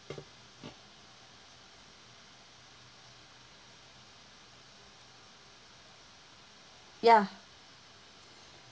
ya